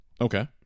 Okay